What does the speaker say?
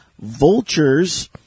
Vultures